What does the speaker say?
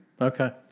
okay